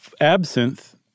absinthe